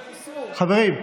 חברים,